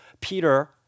Peter